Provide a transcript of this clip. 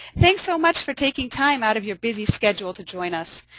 thanks so much for taking time out of your busy schedule to join us.